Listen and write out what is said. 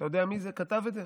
אתה יודע מי כתב את זה?